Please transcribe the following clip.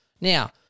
Now